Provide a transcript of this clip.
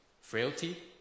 frailty